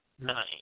nine